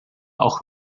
auch